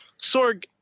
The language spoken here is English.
Sorg